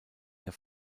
der